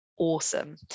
awesome